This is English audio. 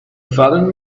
fallen